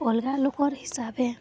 ଅଲଗା ଲୋକର୍ ହିସାବେ